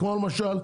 כמו למשל,